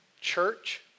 church